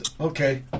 okay